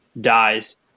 dies